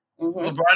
LeBron